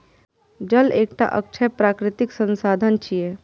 जल एकटा अक्षय प्राकृतिक संसाधन छियै